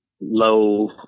low